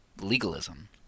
legalism